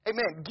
Amen